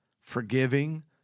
forgiving